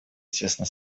тесно